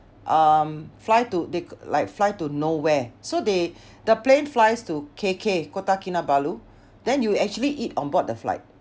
um fly to they like fly to nowhere so they the plane flies to K_K Kota Kinabalu then you actually eat on board the flight